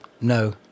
no